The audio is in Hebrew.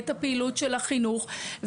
ואת הפעילות של החינוך,